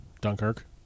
Dunkirk